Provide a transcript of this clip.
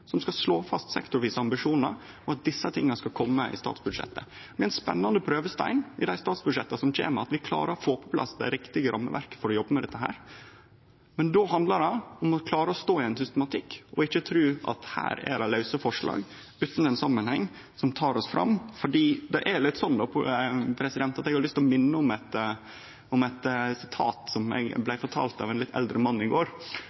det skal vere ei klimalov som skal slå fast sektorvise ambisjonar, og at desse tinga skal kome i statsbudsjettet. Det blir ein spennande prøvestein i dei statsbudsjetta som kjem, at vi klarer å få på plass det riktige rammeverket for å jobbe med dette. Men då handlar det om å klare å stå i ein systematikk og ikkje tru at det er lause forslag utan ein samanheng som tek oss fram. Eg har lyst til å minne om eit sitat som eg blei fortald av ein litt eldre mann i går,